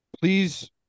please